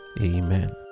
Amen